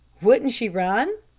wouldn't she run?